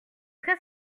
très